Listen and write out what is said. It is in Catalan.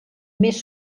més